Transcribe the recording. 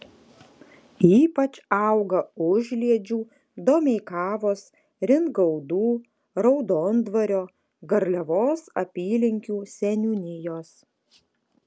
ypač auga užliedžių domeikavos ringaudų raudondvario garliavos apylinkių seniūnijos